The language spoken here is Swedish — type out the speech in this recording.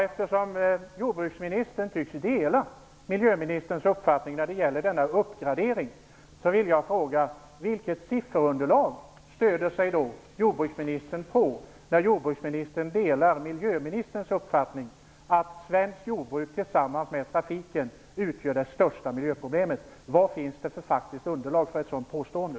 Eftersom jordbruksministern tycks dela miljöministerns uppfattning om denna uppgradering vill jag fråga: Vilket sifferunderlag stöder sig jordbruksministern på när hon delar miljöministerns uppfattning att svenskt jordbruk tillsammans med trafiken utgör det största miljöproblemet? Vilket faktiskt underlag finns det för ett sådant påstående?